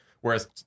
whereas